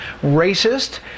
racist